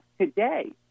today